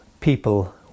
people